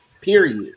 period